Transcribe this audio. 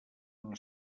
una